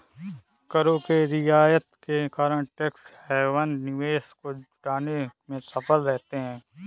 करों के रियायत के कारण टैक्स हैवन निवेश को जुटाने में सफल रहते हैं